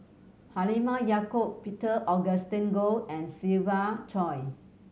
Halimah Yacob Peter Augustine Goh and Siva Choy